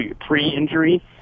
pre-injury